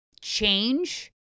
change